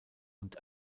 und